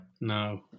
No